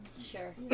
Sure